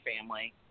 family